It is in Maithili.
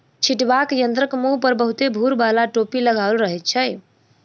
छिटबाक यंत्रक मुँह पर बहुते भूर बाला टोपी लगाओल रहैत छै